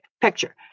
picture